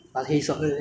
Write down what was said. so